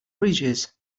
fridges